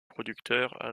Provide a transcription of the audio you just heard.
producteur